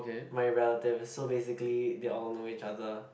my relatives so basically they all know each other